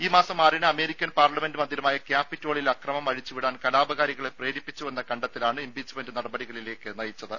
ഈ മാസം ആറിന് അമേരിക്കൻ പാർലമെന്റ് മന്ദിരമായ ക്യാപ്പിറ്റോളിൽ അക്രമം അഴിച്ചുവിടാൻ കലാപകാരികളെ പ്രേരിപ്പിച്ചുവെന്ന കണ്ടെത്തലാണ് ഇംപീച്ച്മെന്റ് നടപടികളിലേക്ക് നയിച്ചത്